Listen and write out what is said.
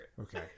Okay